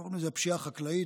קוראים לזה "פשיעה חקלאית".